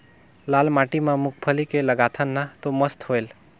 लाल माटी म मुंगफली के लगाथन न तो मस्त होयल?